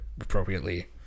appropriately